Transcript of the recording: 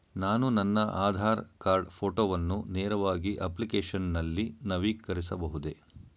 ನಾನು ನನ್ನ ಆಧಾರ್ ಕಾರ್ಡ್ ಫೋಟೋವನ್ನು ನೇರವಾಗಿ ಅಪ್ಲಿಕೇಶನ್ ನಲ್ಲಿ ನವೀಕರಿಸಬಹುದೇ?